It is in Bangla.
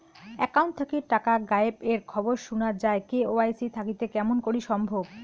একাউন্ট থাকি টাকা গায়েব এর খবর সুনা যায় কে.ওয়াই.সি থাকিতে কেমন করি সম্ভব?